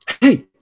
hey